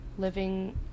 living